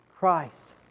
Christ